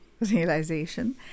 realization